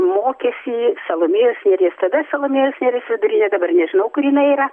mokėsi salomėjos nėries tada salomėjos nėries vidurinė dabar nežinau kur jinai yra